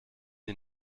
die